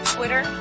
Twitter